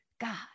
God